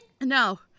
No